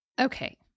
Okay